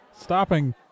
Stopping